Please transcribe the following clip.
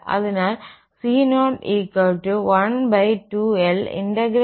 അതിനാൽ c0 12l llfxdx